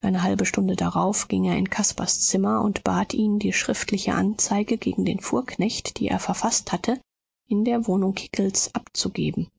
eine halbe stunde darauf ging er in caspars zimmer und bat ihn die schriftliche anzeige gegen den fuhrknecht die er verfaßt hatte in der wohnung hickels abzugeben